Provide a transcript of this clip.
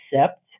accept